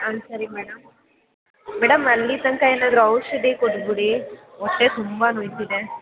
ಹಾಂ ಸರಿ madam madam ಅಲ್ಲಿ ತನಕ ಏನಾದರು ಔಷಧಿ ಕೊಟ್ಟ್ಬಿಡಿ ಹೊಟ್ಟೆ ತುಂಬ ನೋಯ್ತಿದೆ